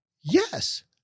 yes